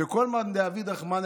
"כל מאן דעביד רחמנא,